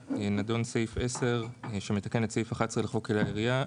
נדון סעיף 10 שמתקן את סעיף 11 לחוק כלי הירייה,